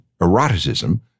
eroticism